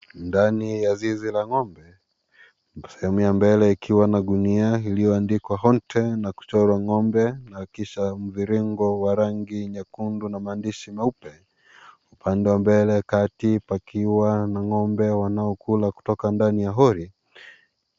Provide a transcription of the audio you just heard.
Ndaninya zizi la ngombe, sehemu ya mbele ikiwa na gunia iliyoandikwa haunted na kuchorwa ngombe na kisha mviringo wa rangi nyekundu na maandiahi meupe, upande wa mbele kati pakiwa na ngombe wanaokula kutoka ndani ya hori.